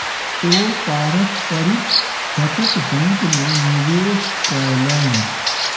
ओ पारस्परिक बचत बैंक में निवेश कयलैन